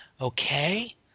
Okay